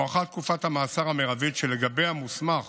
הוארכה תקופת המאסר המרבית שלגביה מוסמך